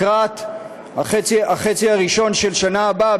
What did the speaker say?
לקראת החצי הראשון של השנה הבאה,